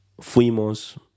fuimos